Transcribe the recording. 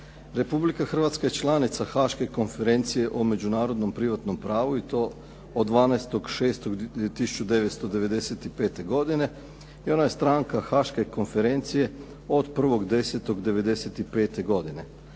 Republika Hrvatska je članica Haške konferencije o međunarodnom privatnom pravu i to od 12. 06. 1995. godine i ona je stranke Haške konferencije od 01. 10. 1995. godine.